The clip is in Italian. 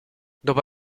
dopo